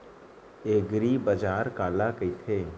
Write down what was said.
एगरीबाजार काला कहिथे?